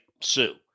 sue